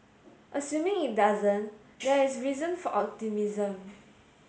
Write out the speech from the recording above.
assuming it doesn't there is reason for optimism